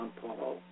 Paul